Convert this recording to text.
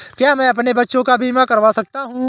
क्या मैं अपने बच्चों का बीमा करा सकता हूँ?